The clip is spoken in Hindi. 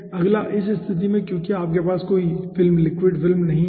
अगला इस स्थिति में क्योंकि आपके पास कोई फिल्म लिक्विड फिल्म नहीं है